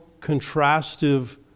contrastive